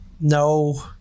No